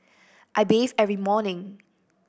I bathe every morning